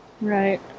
right